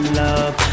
love